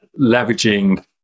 leveraging